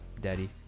Daddy